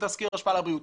תסקיר השפעה על הבריאות'.